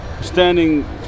standing